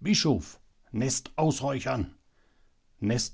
bischof nest ausräuchern dies